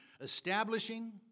establishing